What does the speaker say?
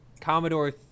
commodore